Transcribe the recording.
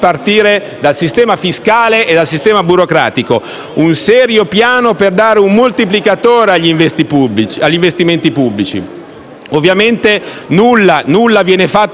Grazie.